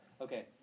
Okay